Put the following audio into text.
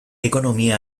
ekonomia